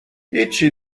هیچی